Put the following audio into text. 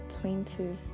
twenties